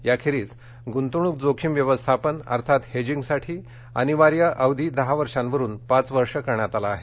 याखेरीज गुंतवणूक जोखीम व्यवस्थापन म्हणजे हेजिंगसाठी अनिवार्य अवधी दहा वर्षावरुन पाच वर्षे करण्यात आला आहे